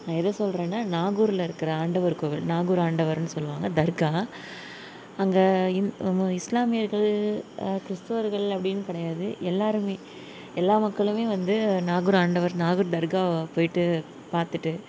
நான் எதை சொல்கிறேன்னா நாகூரில் இருக்கிற ஆண்டவர் கோவில் நாகூர் ஆண்டவர்னு சொல்லுவாங்க தர்கா அங்கே இந் நம்ம இஸ்லாமியர்கள் கிறிஸ்தவர்கள் அப்படின்னு கெடையாது எல்லாருமே எல்லா மக்களுமே வந்து நாகூர் ஆண்டவர் நாகூர் தர்காவை போயிட்டு பார்த்துட்டு